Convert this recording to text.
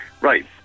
Right